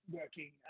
working